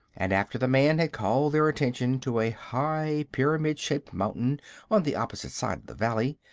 and after the man had called their attention to a high, pyramid-shaped mountain on the opposite side of the valley,